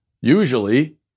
Usually